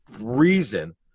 reason